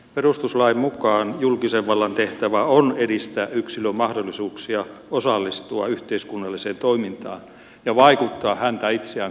perustuslain mukaan julkisen vallan tehtävä on edistää yksilön mahdollisuuksia osallistua yhteiskunnalliseen toimintaan ja vaikuttaa häntä itseään koskevaan päätöksentekoon